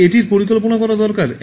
তাই এটির পরিকল্পনা করা দরকার